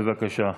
בבקשה.